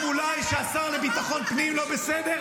-- יכול להיות גם אולי שהשר לביטחון פנים לא בסדר,